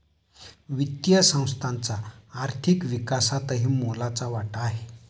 वित्तीय संस्थांचा आर्थिक विकासातही मोलाचा वाटा आहे